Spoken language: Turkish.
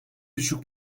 düşük